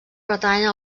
pertanyen